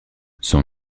son